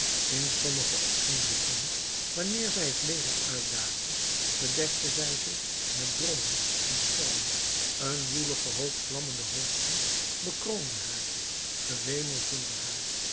in sommige oogenblikken wanneer zij het leger uitdaagde bedekte zij zich met drommen en storm een woelige hoop vlammende hoofden bekroonde haar gewemel vulde haar